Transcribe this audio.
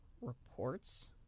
reports